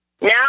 Now